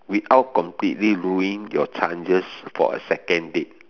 without completely ruining your chances for a second date